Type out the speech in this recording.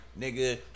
nigga